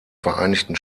vereinigten